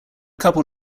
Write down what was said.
couple